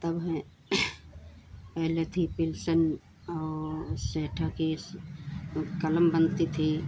तब हम पहले थी पिंसल सेंथा की इस कलम बनती थी